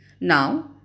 Now